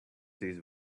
these